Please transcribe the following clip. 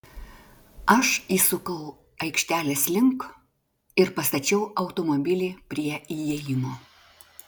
aš įsukau aikštelės link ir pastačiau automobilį prie įėjimo